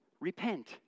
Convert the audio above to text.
Repent